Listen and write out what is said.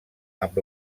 amb